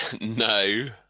No